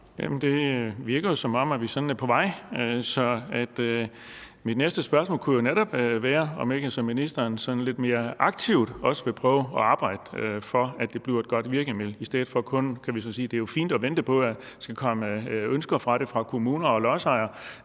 Det virker, som om vi er på vej. Mit næste spørgsmål kunne så netop være, om ikke ministeren lidt mere aktivt vil prøve at arbejde for, at det bliver et godt virkemiddel. Det er jo fint at vente på, at der skal komme ønsker om det fra kommuner og lodsejere,